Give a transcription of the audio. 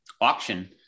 auction